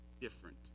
different